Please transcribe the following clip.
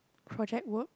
project work